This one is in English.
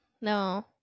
No